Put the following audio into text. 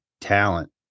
talent